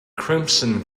crimson